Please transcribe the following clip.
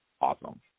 awesome